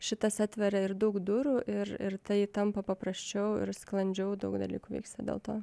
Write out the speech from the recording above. šitas atveria ir daug durų ir ir tai tampa paprasčiau ir sklandžiau daug dalykų vyksta dėl to